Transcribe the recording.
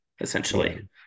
essentially